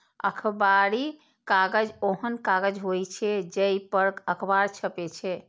अखबारी कागज ओहन कागज होइ छै, जइ पर अखबार छपै छै